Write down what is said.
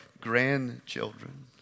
grandchildren